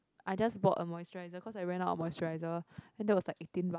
I just bought a moisturizer because I went out of moisturizer and that was like eighteen bucks